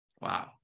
Wow